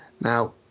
Now